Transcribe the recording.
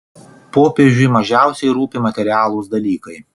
popiežiui mažiausiai rūpi materialūs dalykai